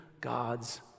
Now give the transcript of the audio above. God's